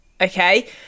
okay